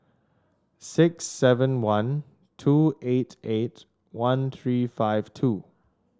six seven one two eight eight one three five two